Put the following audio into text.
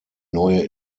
neue